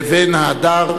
לבין ה"הדר",